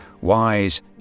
wise